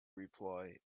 reply